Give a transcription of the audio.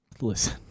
Listen